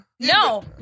No